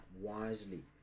wisely